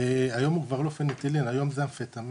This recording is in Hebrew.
היום הוא כבר לא פנתילין, היום זה אמפטמין.